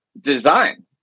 design